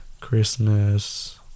christmas